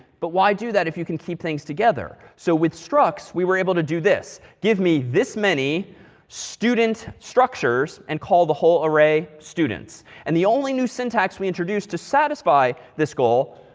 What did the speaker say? but why do that if you can keep things together. so with structs, we were able to do this. give me this many student structures, and call the whole array, students. and the only new syntax we introduce to satisfy this goal,